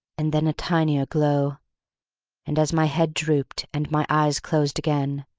and then a tinier glow and as my head drooped, and my eyes closed again,